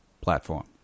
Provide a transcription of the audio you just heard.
platform